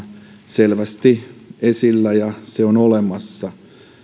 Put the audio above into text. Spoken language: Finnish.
selvästi esillä ja se on olemassa